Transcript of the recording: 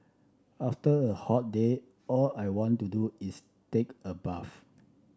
after a hot day all I want to do is take a bath